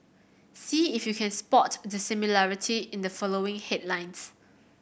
see if you can spot the similarity in the following headlines